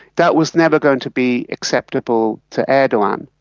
that was never going to be acceptable to erdogan,